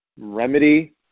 remedy